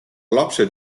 lapsed